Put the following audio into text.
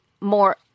more